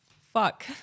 Fuck